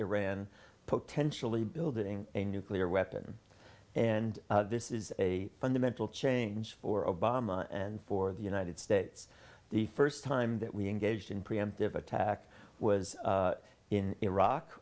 iran potentially building a nuclear weapon and this is a fundamental change for obama and for the united states the first time that we engaged in preemptive attack was in iraq